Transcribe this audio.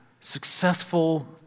successful